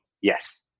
Yes